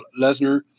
Lesnar